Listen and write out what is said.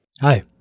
Hi